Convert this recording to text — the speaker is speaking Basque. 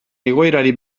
egoerari